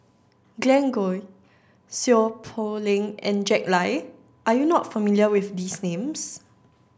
Glen Goei Seow Poh Leng and Jack Lai are you not familiar with these names